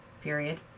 period